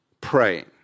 praying